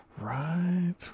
Right